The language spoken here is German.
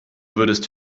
würdest